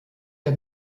der